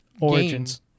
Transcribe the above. Origins